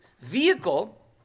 vehicle